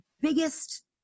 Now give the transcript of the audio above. biggest